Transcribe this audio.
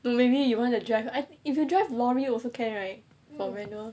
maybe you wanna drive if you drive lorry also can right for manual ya ya